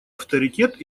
авторитет